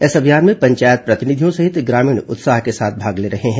इस अभियान में पंचायत प्रतिनिधियों सहित ग्रामीण उत्साह के साथ भाग ले रहे हैं